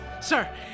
sir